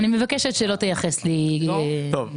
אני מבקשת שלא תייחס לי את זה.